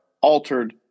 altered